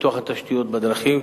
בפיתוח תשתיות הדרכים.